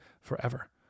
forever